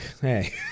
Hey